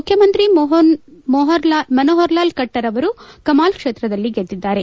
ಮುಖ್ಯಮಂತ್ರಿ ಮನೋಹರ್ಲಾಲ್ ಕಟ್ಟರ್ ಅವರು ಕಮಾಲ್ ಕ್ಷೇತ್ರದಲ್ಲಿ ಗೆದಿದ್ದಾರೆ